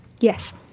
Yes